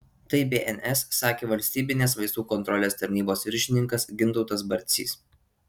tai bns sakė valstybinės vaistų kontrolės tarnybos viršininkas gintautas barcys